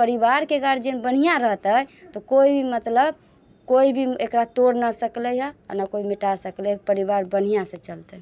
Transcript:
परिवारके गार्जियन जे बढ़िआँ रहतै तऽ कोइ मतलब कोइ भी एकरा तोड़ नहि सकलै हँ आ नहि कोइ मिटा सकलै हँ परिवार बढ़िआँ से चलतै